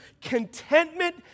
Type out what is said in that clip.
contentment